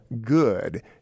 good